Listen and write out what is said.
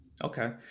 Okay